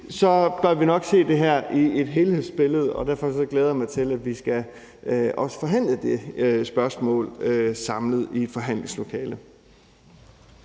bør vi nok se det her i et helhedsbillede. Derfor glæder jeg mig til, at vi skal forhandle om det spørgsmål samlet i et forhandlingslokale.